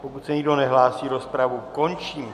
Pokud se nikdo nehlásí, rozpravu končím.